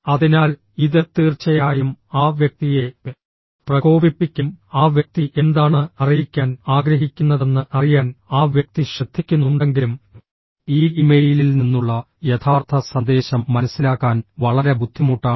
അതിനാൽ ഇത് തീർച്ചയായും ആ വ്യക്തിയെ പ്രകോപിപ്പിക്കും ആ വ്യക്തി എന്താണ് അറിയിക്കാൻ ആഗ്രഹിക്കുന്നതെന്ന് അറിയാൻ ആ വ്യക്തി ശ്രദ്ധിക്കുന്നുണ്ടെങ്കിലും ഈ ഇമെയിലിൽ നിന്നുള്ള യഥാർത്ഥ സന്ദേശം മനസിലാക്കാൻ വളരെ ബുദ്ധിമുട്ടാണ്